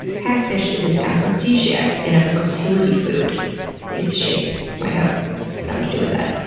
hagfish is an aphrodisiac and a fertility food its shape might have something to do with that.